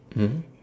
mmhmm